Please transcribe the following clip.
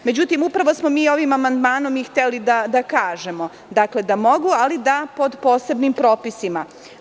Međutim, upravo smo mi ovim amandmanom mi hteli da kažemo – da mogu, ali da pod posebnim propisima.